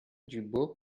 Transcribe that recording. dubos